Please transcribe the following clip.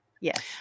Yes